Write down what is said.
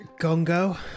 gongo